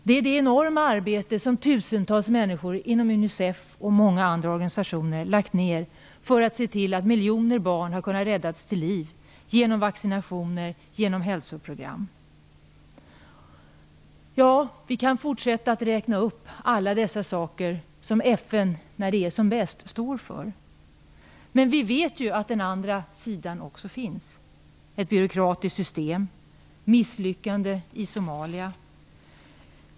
Det är det enorma arbete som tusentals människor inom Unicef och många andra organisationer har lagt ned för att se till att miljoner barn har kunnat räddas till liv genom vaccinationer och hälsoprogram. Vi kan fortsätta att räkna upp alla dessa saker som FN står för när det är som bäst. Men vi vet ju att den andra sidan också finns. Ett byråkratiskt system, misslyckande i Somalia.